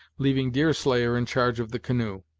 leaving deerslayer in charge of the canoe.